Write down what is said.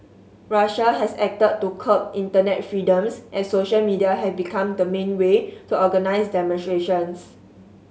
Russia has acted to curb internet freedoms as social media have become the main way to organise demonstrations